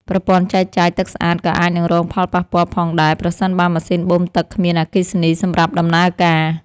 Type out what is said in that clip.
ប្រព័ន្ធចែកចាយទឹកស្អាតក៏អាចនឹងរងផលប៉ះពាល់ផងដែរប្រសិនបើម៉ាស៊ីនបូមទឹកគ្មានអគ្គិសនីសម្រាប់ដំណើរការ។